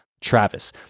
Travis